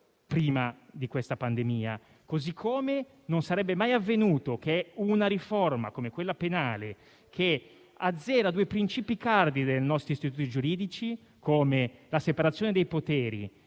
prima di questa pandemia, così come non sarebbe mai avvenuto che una riforma come quella penale, che azzera due principi cardine dei nostri istituti giuridici, come la separazione dei poteri